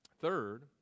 third